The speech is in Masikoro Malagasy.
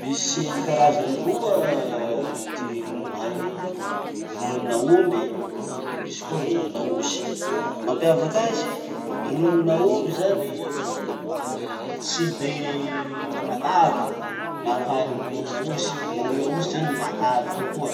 Misy karazany roa ty ronono haiko: rononon'aomby le misy koa rononon'aosy. Mampiavaky azy, rononon'aomby zany tsy de matavy laha ohary amy rononon'aosy. Rononon'aosy zany matavy kokoa.